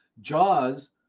Jaws